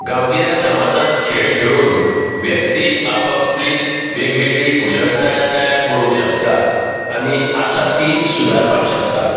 गांवगिऱ्या समाजांत खेळ खेळून व्याक्ती आप आपली वेगवेगळी कुशळटाय तयार करूंक शकता आनी आसा ती सुदारपाक शकता